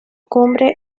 cumbre